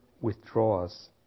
withdraws